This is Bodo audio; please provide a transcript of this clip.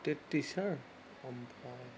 टेट टिचार